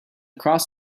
cross